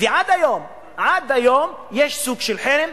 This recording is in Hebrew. עד היום יש סוג של חרם.